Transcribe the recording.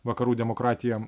vakarų demokratija